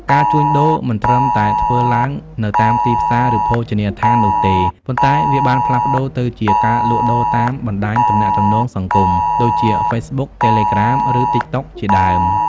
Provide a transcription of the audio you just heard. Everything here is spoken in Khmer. ការជួញដូរមិនត្រឹមតែធ្វើឡើងនៅតាមទីផ្សារឬភោជនីយដ្ឋាននោះទេ ប៉ុន្តែវាបានផ្លាស់ប្ដូរទៅជា ការលក់ដូរតាមបណ្ដាញទំនាក់ទំនងសង្គម ដូចជា ហ្វេសបុក តេលេក្រាម ឬ តីកតុកជាដើម។